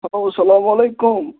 hello اَسلامُ علیکُم